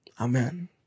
Amen